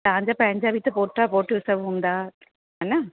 तव्हांजा पंहिंजा बि त पोटा पोटियूं सभु हूंदा हेन